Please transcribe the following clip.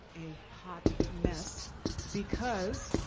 a hot mess because,